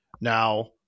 Now